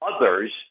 others